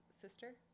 sister